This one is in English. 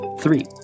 three